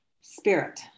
spirit